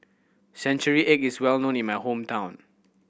century egg is well known in my hometown